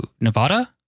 Nevada